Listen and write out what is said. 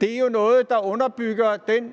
Det er jo noget, der underbygger den,